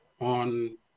on